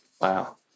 Wow